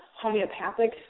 homeopathic